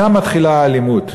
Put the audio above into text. שם מתחילה האלימות,